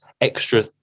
extra